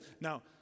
Now